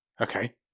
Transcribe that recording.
Okay